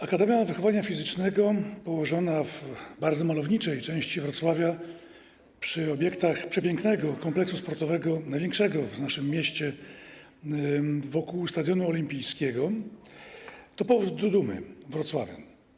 Akademia Wychowania Fizycznego położona w bardzo malowniczej części Wrocławia przy obiektach przepięknego kompleksu sportowego, największego w naszym mieście, wokół stadionu olimpijskiego, to powód do dumy wrocławian.